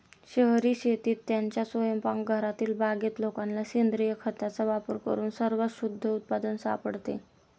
शहरी शेतीत, त्यांच्या स्वयंपाकघरातील बागेत लोकांना सेंद्रिय खताचा वापर करून सर्वात शुद्ध उत्पादन सापडते